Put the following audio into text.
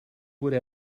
would